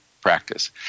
practice